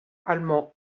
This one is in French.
allemand